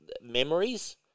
memories